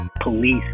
police